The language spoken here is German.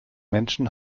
menschen